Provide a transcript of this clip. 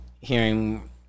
hearing